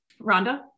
Rhonda